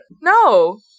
No